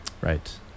Right